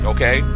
Okay